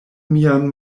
mian